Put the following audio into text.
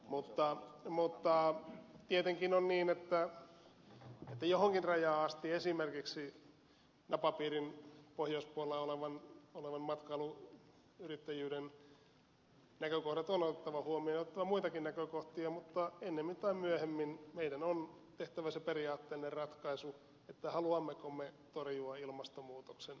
mutta tietenkin on niin että johonkin rajaan asti esimerkiksi napapiirin pohjoispuolella olevan matkailuyrittäjyyden näkökohdat on otettava huomioon ja on otettava muitakin näkökohtia mutta ennemmin tai myöhemmin meidän on tehtävä se periaatteellinen ratkaisu haluammeko me torjua ilmastonmuutoksen vai emmekö me halua